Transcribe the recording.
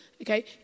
Okay